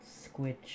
Squid